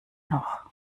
noch